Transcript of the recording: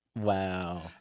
Wow